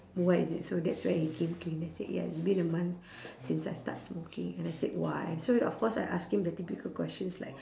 what is it so that's where he came clean he said yeah it's been a month since I start smoking and I said why so of course I ask him the typical questions like